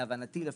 להבנתי לפחות,